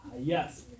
Yes